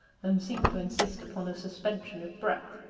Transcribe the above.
and seemed to insist upon a suspension of breath.